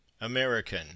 American